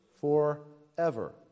forever